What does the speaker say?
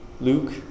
Luke